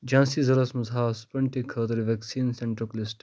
جھانٛسی ضلعس منٛز ہاو سُپَٹنیٖک خٲطرٕ ویٚکسیٖن سیٚنٹرُک لسٹہٕ